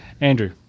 Andrew